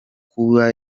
kuba